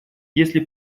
если